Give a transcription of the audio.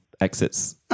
exits